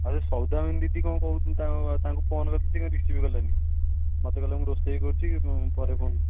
ଆଉ ସେ ସୌଦାମିନୀ ଦିଦି କ'ଣ କହୁ ତାଙ୍କ ତାଙ୍କୁ ଫୋନ୍ କରିଥିଲି ସିଏ କ'ଣ ରିସିଭ୍ କଲେନି ମୋତେ କହିଲେ ମୁଁ ରୋଷେଇ କରୁଛି ପରେ ଫୋନ୍